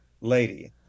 lady